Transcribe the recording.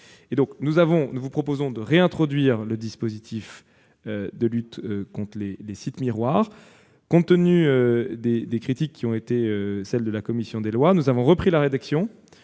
Nous proposons donc de réintroduire le dispositif de lutte contre les sites miroirs. Compte tenu des critiques qui ont été formulées par la commission des lois, nous sommes revenus sur la rédaction